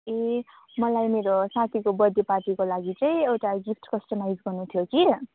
ए मलाई मेरो साथीको बर्थडे पार्टीको लागि चाहिँ एउटा गिफ्ट कस्टमाइज गर्नुथ्यो कि